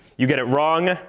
you get it wrong,